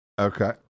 Okay